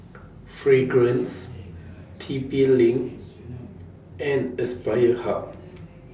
Fragrance T P LINK and Aspire Hub